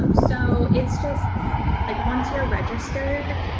um so it's just like, once you're registered,